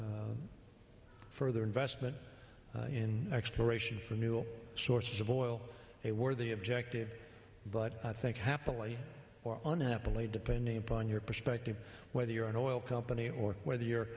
spur further investment in exploration for new sources of oil a worthy objective but i think happily and happily depending upon your perspective whether you're an oil company or whether you're